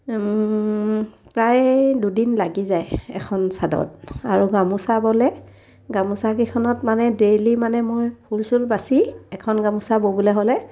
প্ৰায় দুদিন লাগি যায় এখন চাদৰত আৰু গামোচা ব'লে গামোচাকেইখনত মানে ডেইলি মানে মই ফুল চুল বাচি এখন গামোচা ব'বলৈ হ'লে